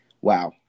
wow